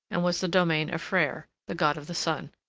and was the domain of freyr, the god of the sun,